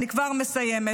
אני כבר מסיימת.